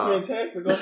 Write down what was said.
Fantastic